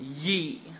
ye